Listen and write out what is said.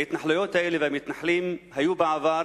ההתנחלויות האלה והמתנחלים היו בעבר